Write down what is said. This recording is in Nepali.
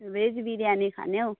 भेज बिरयानी खाने हौ